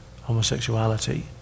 homosexuality